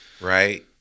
right